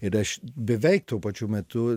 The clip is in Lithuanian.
ir aš beveik tuo pačiu metu